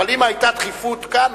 אבל אם היתה דחיפות כאן,